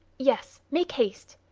yes. make haste.